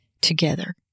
together